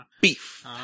beef